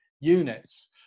units